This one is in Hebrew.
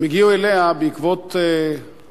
הם הגיעו אליה בעקבות ההבנה